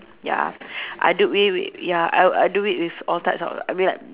ya I do it we we ya I I do it with all types of I mean like